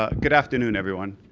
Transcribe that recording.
ah good afternoon everyone.